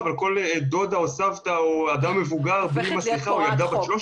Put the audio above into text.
דודה או סבתא או אדם מבוגר או ילדה בת 13